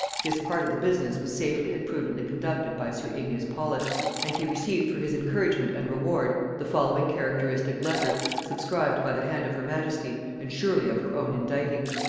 this part of the business was safely and prudently conducted by sir amias paulet and he received for his encouragement and reward the following characteristic letter, subscribed by the hand of her majesty, and surely of her own inditing.